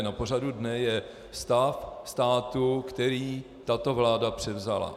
Na pořadu dne je stav státu, který tato vláda převzala.